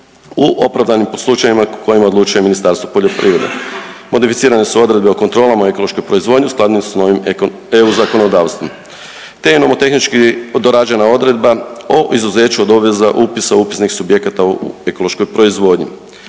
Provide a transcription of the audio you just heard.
u opravdanim slučajevima o kojima odlučuje Ministarstvo poljoprivrede. Modificirane su odredbe o kontrolama ekološke proizvodnje u skladu s novim EU zakonodavstvom, te je nomotehnički dorađena odredba o izuzeću od obveza upisa u upisnik subjekata u ekološkoj proizvodnji.